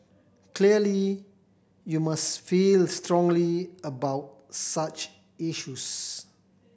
clearly you must feel strongly about such issues